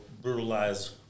Brutalize